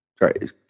right